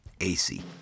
AC